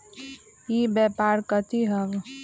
ई व्यापार कथी हव?